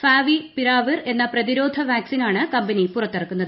ഫാവി പിരാവിർ എന്ന പ്രതിരോധ വാക്സിൻ ആണ് കമ്പനി പുറത്തിറക്കുന്നത്